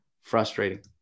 Frustrating